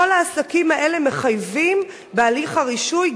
כל העסקים האלה מחייבים בהליך הרישוי,